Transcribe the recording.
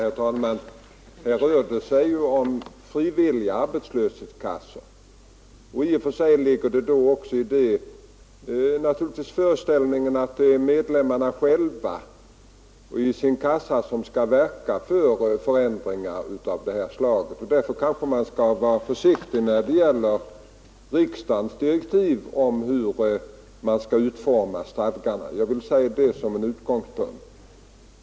Herr talman! Här rör det sig om frivilliga arbetslöshetskassor. I detta faktum ligger då också i och för sig naturligtvis föreställningen att det är medlemmarna som själva skall verka för förändringar av detta slag. Därför skall man kanske vara försiktig när det gäller riksdagens direktiv om hur stadgarna skall utformas. Jag vill säga det som en utgångspunkt.